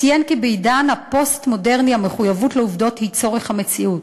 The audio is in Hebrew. ציין כי בעידן הפוסט-מודרני המחויבות לעובדות היא צורך המציאות.